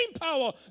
power